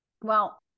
Well-